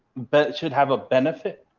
but it should have a benefit.